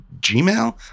Gmail